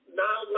now